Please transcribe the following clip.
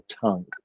tongue